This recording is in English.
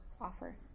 offer